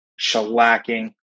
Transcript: shellacking